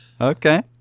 Okay